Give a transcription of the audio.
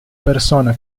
persona